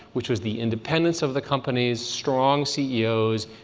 which was the independence of the companies, strong ceos,